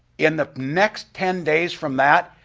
in the next ten days from that,